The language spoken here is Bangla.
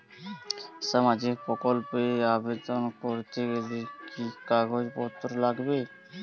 সামাজিক প্রকল্প এ আবেদন করতে গেলে কি কাগজ পত্র লাগবে?